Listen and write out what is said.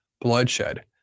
bloodshed